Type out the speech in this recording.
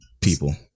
people